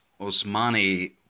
Osmani